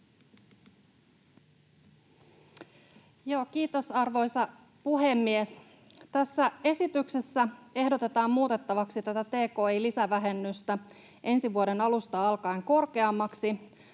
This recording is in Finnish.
Kiitos, arvoisa puhemies! Tässä esityksessä ehdotetaan muutettavaksi tuota tki-lisävähennystä ensi vuoden alusta alkaen korkeammaksi.